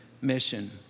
mission